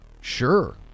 Sure